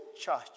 church